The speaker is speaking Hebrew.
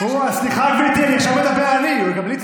תיתני לדבר?